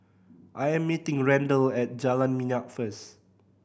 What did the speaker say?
I'm meeting Randel at Jalan Minyak first